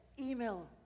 Email